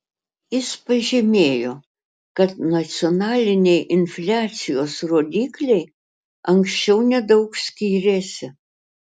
jis pažymėjo kad nacionaliniai infliacijos rodikliai anksčiau nedaug skyrėsi